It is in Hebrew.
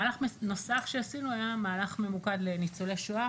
מהלך נוסף שעשינו היה מהלך ממוקד לניצולי שואה,